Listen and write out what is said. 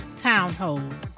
townhomes